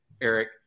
Eric